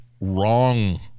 wrong